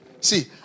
See